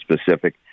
specific